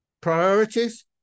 priorities